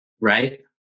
right